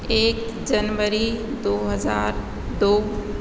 एक जनबरी दो हजार दो